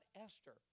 Esther